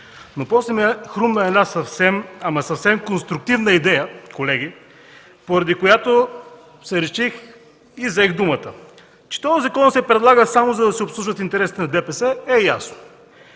После ми хрумна една съвсем, съвсем конструктивна идея, колеги, поради която се реших и взех думата. Че този закон се предлага, само за да се обслужват интересите на ДПС, е ясно.